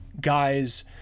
guys